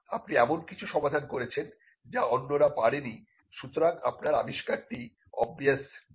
আপনি এমন কিছু সমাধান করেছেন যা অন্যেরা পারে নিসুতরাং আপনার আবিস্কারটা অবভিয়াস নয়